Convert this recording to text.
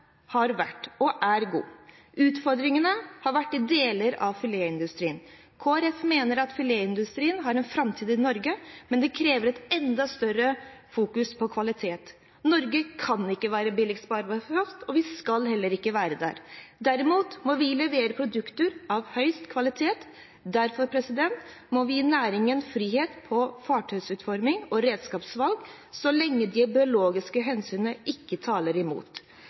har vært, og er, god. Utfordringene har vært i deler av filetindustrien. Kristelig Folkeparti mener at filetindustrien har en framtid i Norge, men det krever en enda sterkere fokusering på kvalitet. Norge kan ikke være billigst på arbeidskraft, og vi skal heller ikke være det. Derimot må vi levere produkter av høyeste kvalitet. Derfor må vi gi næringen frihet med hensyn til fartøyutforming og redskapsvalg så lenge de biologiske hensynene ikke taler imot